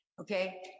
Okay